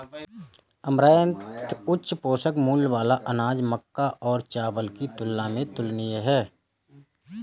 amaranth उच्च पोषण मूल्य वाला अनाज मक्का और चावल की तुलना में तुलनीय है